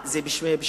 זה עכשיו בשם בל"ד?